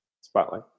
spotlight